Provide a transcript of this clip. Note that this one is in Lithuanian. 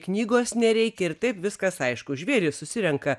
knygos nereikia ir taip viskas aišku žvėrys susirenka